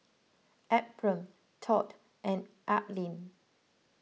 Ephriam Todd and Aleen